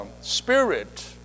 Spirit